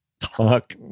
talk